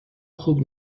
خوب